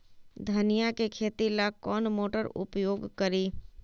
धनिया के खेती ला कौन मोटर उपयोग करी?